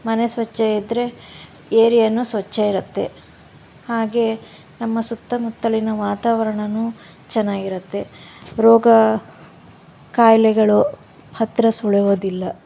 ಮನೆ ಸ್ವಚ್ಛ ಇದ್ದರೆ ಏರಿಯವು ಸ್ವಚ್ಛ ಇರುತ್ತೆ ಹಾಗೇ ನಮ್ಮ ಸುತ್ತಮುತ್ತಲಿನ ವಾತಾವರ್ಣವೂ ಚೆನ್ನಾಗಿರುತ್ತೆ ರೋಗ ಖಾಯಿಲೆಗಳು ಹತ್ತಿರ ಸುಳಿಯೋದಿಲ್ಲ